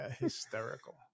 Hysterical